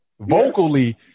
vocally